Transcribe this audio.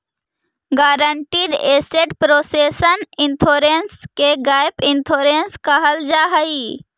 guaranteed asset proportion insurance के gap insurance कहल जाऽ हई